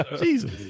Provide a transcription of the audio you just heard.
Jesus